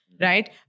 right